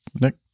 Nick